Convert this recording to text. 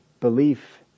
belief